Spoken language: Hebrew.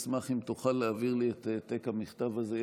אני אשמח אם תוכל להעביר לי את העתק המכתב הזה.